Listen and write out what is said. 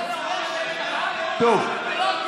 בבקשה,